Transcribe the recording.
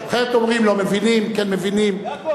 אחרת אומרים: לא מבינים, כן מבינים.